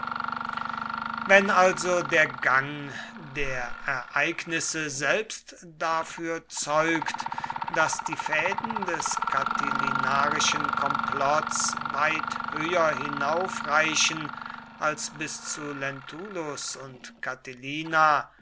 wenn also der gang der ereignisse selbst dafür zeugt daß die fäden des catilinarischen komplotts weit höher hinaufreichen als bis zu lentulus und